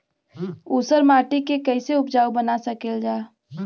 ऊसर माटी के फैसे उपजाऊ बना सकेला जा?